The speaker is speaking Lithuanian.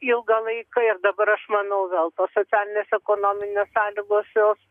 ilgą laiką ir dabar aš manau vėl tos socialinės ekonominės sąlygos jos